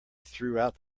throughout